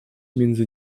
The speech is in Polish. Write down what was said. między